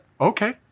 Okay